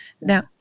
Now